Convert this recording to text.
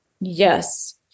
Yes